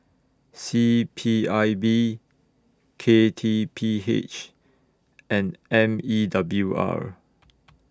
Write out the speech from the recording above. C P I B K T P H and M E W R